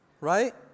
Right